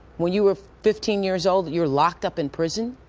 when you were fifteen years old, you were locked up in prison?